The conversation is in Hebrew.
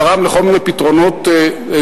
גרם לכל מיני פתרונות גרועים.